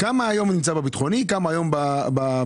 כמה נמצא היום בביטחוני וכמה בפלילי.